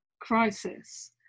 crisis